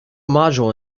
module